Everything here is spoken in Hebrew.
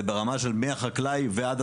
זה ברמה של מהחקלאי ועד הצרכן.